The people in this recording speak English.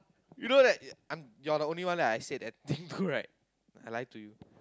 you know that I'm you're the only one I said the thing to right I lie to you